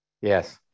Yes